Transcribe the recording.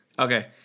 Okay